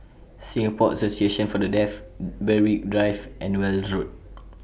Singapore Association For The Deaf Berwick Drive and Weld Road